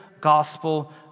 gospel